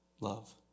love